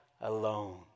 alone